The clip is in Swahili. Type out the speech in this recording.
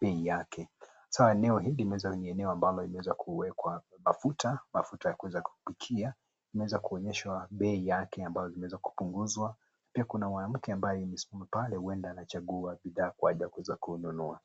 bei yake, saa eneo hili ni eneo ambalo limeweza kuwekwa mafuta, mafuta ya kuweza kupikia inaweza kuonyeshwa bei yake ambayo imeweza kupunguzwa pia kuna mwanamke ambaye amesimama pale huenda anachagua bidhaa kwa ajri ya kuweza kununua.